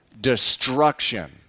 destruction